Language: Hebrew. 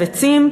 ו"צים",